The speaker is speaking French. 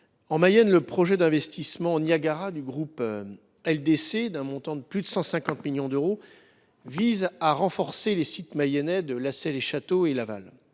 En Mayenne, le projet d’investissement Niagara du groupe LDC, d’un montant de plus de 150 millions d’euros, vise à renforcer les sites de Lassay les Châteaux et de Laval.